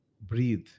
breathe